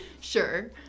sure